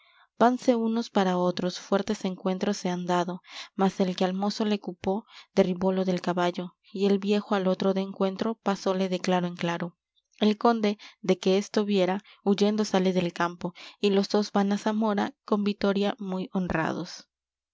vanse unos para otros fuertes encuentros se han dado mas el que al mozo le cupo derribólo del caballo y el viejo al otro de encuentro pasóle de claro en claro el conde de que esto viera huyendo sale del campo y los dos van á zamora con vitoria muy honrados